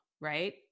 right